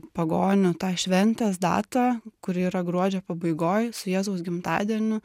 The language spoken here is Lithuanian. pagonių tą šventės datą kuri yra gruodžio pabaigoj su jėzaus gimtadieniu